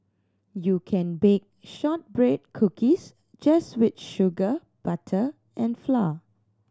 you can bake shortbread cookies just with sugar butter and flour